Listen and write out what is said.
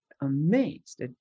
amazed